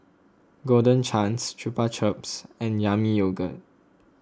Golden Chance Chupa Chups and Yami Yogurt